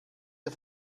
der